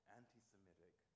anti-Semitic